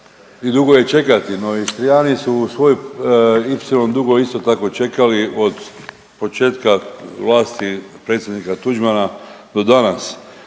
i dugo je čekati, no Istrijani su svoj Ipsilon dugo isto tako čekali od početka vlasti predsjednika Tuđmana do danas